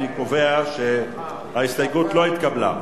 אני קובע שההסתייגות לא נתקבלה.